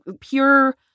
pure